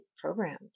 programmed